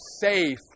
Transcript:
safe